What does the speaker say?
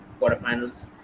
quarterfinals